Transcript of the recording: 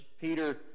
Peter